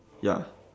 ya